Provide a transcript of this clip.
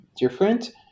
different